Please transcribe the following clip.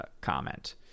comment